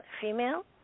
female